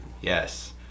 Yes